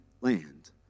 land